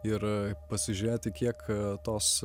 ir pasižiūrėti kiek tos